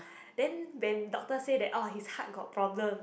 then when doctor said that oh his heart got problem